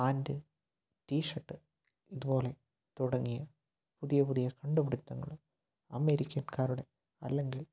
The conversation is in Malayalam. പാന്റ് ടീ ഷർട്ട് ഇതുപോലെ തുടങ്ങിയ പുതിയ പുതിയ കണ്ടുപിടുത്തങ്ങള് അമേരിക്കക്കാരുടെ അല്ലെങ്കിൽ